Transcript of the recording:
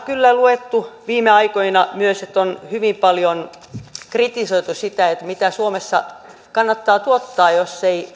kyllä lukeneet viime aikoina myös että on hyvin paljon kritisoitu sitä mitä suomessa kannattaa tuottaa jos ei